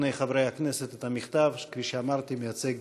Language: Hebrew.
לפני חברי הכנסת את המכתב, שכפי שאמרתי, מייצג